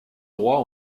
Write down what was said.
droits